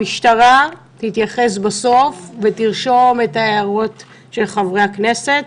המשטרה תתייחס בסוף ותרשום את ההערות של חברי הכנסת.